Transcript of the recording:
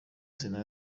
sena